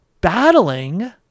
battling